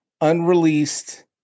unreleased